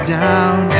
down